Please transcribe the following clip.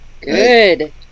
Good